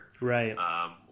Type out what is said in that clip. right